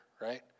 Right